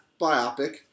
biopic